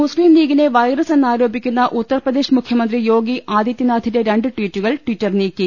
മുസ്ലീം ലീഗിനെ വൈറസ് എന്നാരോപിക്കുന്ന ഉത്തർ പ്രദേശ് മുഖ്യമന്ത്രി യോഗി ആദിത്യനാഥിന്റെ രണ്ട് ട്വീറ്റുകൾ ട്വിറ്റർ നീക്കി